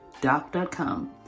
doc.com